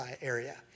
area